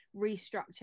restructure